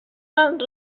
sant